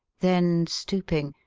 then, stooping,